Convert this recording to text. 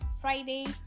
Friday